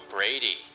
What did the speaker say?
Brady